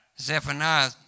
Zephaniah